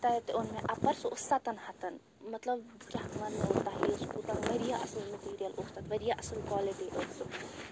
تتہِ اوٚن مےٚ اَپَر سُہ اوس سَتَن ہَتَن مطلب کیٛاہ وَنہو بہٕ تۄہہِ سُہ کوٗتاہ واریاہ اصٕل مٹیٖریَل اوس تَتھ واریاہ اصٕل کوالٹی ٲس سُہ